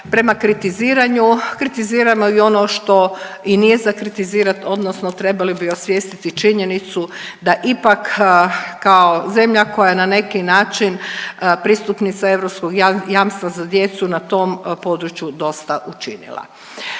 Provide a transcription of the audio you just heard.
prema kritiziranju. Kritiziramo i ono što i nije za kritizirati, odnosno trebali bi osvijestiti i činjenicu da ipak kao zemlja koja na neki način pristupnica europskog jamstva za djecu na tom području dosta učinila.